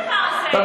מה זה הדבר הזה?